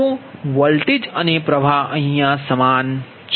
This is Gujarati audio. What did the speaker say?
તો વોલ્ટેજ અને પ્ર્વાહ સમાન છે